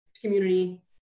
community